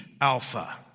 Alpha